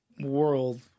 world